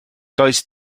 does